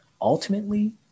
ultimately